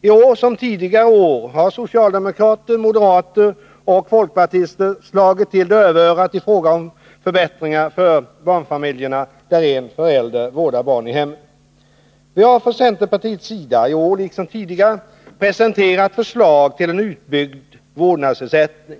I år liksom tidigare år har socialdemokrater, moderater och folkpartister slagit dövörat till i fråga om förbättringar för barnfamiljer där en förälder vårdar barn i hemmet. Vi har från centerpartiets sida i år liksom tidigare presenterat förslag till en utbyggd vårdnadsersättning.